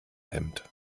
hemd